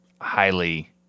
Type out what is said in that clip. highly